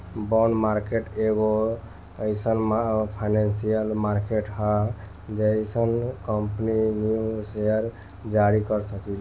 bond market एगो एईसन financial market ह जेइसे कंपनी न्या सेयर जारी कर सकेली